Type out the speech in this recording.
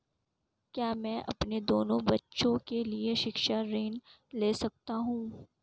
क्या मैं अपने दोनों बच्चों के लिए शिक्षा ऋण ले सकता हूँ?